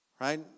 Right